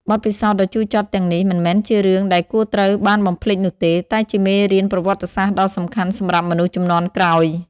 បទពិសោធន៍ដ៏ជូរចត់ទាំងនេះមិនមែនជារឿងដែលគួរត្រូវបានបំភ្លេចនោះទេ តែជាមេរៀនប្រវត្តិសាស្ត្រដ៏សំខាន់សម្រាប់មនុស្សជំនាន់ក្រោយ។